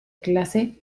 clase